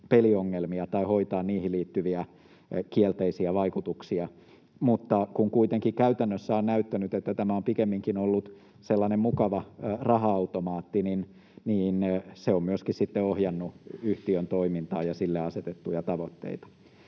peliongelmia tai hoitaa niihin liittyviä kielteisiä vaikutuksia. Mutta kun käytännössä on kuitenkin näyttänyt siltä, että tämä on pikemminkin ollut sellainen mukava raha-automaatti, niin se on myöskin ohjannut yhtiön toimintaa ja sille asetettuja tavoitteita.